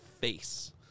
face